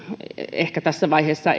ehkä tässä vaiheessa